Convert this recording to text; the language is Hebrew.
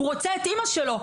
הוא רוצה את אימא שלו.